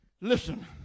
Listen